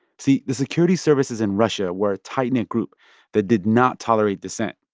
see, the security services in russia were a tightknit group that did not tolerate dissent.